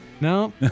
No